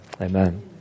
Amen